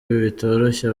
bitoroshye